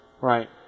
right